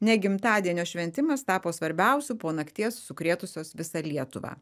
ne gimtadienio šventimas tapo svarbiausiu po nakties sukrėtusios visą lietuvą